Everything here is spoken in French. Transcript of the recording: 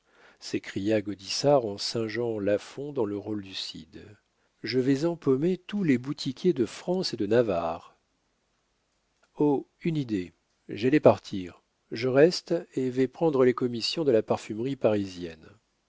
s'écria gaudissart en singeant lafon dans le rôle du cid je vais empaumer tous les boutiquiers de france et de navarre oh une idée j'allais partir je reste et vais prendre les commissions de la parfumerie parisienne